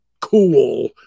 cool